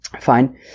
Fine